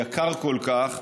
יקר כל כך,